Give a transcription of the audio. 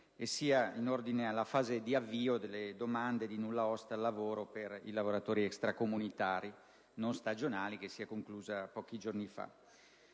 sia in ordine alla fase d'avvio delle domande di nulla osta al lavoro per i lavoratori extracomunitari non stagionali conclusasi pochi giorni fa.